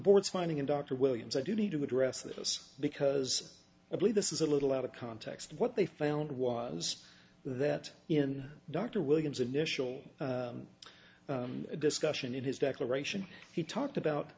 board's finding and dr williams i do need to address this because i believe this is a little out of context what they found was that in dr williams initial discussion in his declaration he talked about